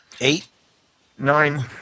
Eight-nine